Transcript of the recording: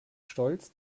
stolz